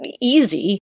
easy